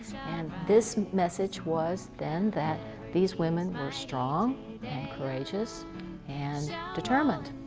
and this message was then that these women were strong and courageous and yeah determined.